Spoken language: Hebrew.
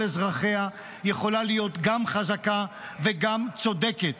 אזרחיה יכולה להיות גם חזקה וגם צודקת.